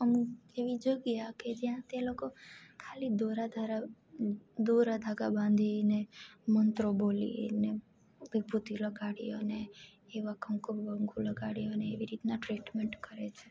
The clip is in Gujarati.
અમુક એવી જગ્યા કે જ્યાં તે લોકો ખાલી દોરા ધારા દોરા ધાગા બાંધીને મંત્રો બોલીને વિભૂતિ લગાડી અને એવા કંકુ બંકું લગાડી અને એવી રીતના ટ્રીટમેન્ટ કરે છે